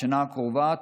בשנה הקרובה,